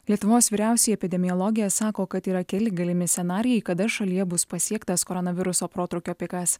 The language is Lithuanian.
lietuvos vyriausioji epidemiologė sako kad yra keli galimi scenarijai kada šalyje bus pasiektas koronaviruso protrūkio pikas